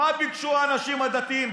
מה ביקשו האנשים הדתיים?